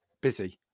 busy